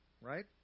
Right